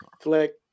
flick